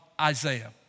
Isaiah